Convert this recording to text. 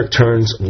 turns